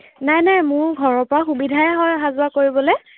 নাই নাই মোৰ ঘৰৰ পৰা সুবিধাই হয় অহা যোৱা কৰিবলৈ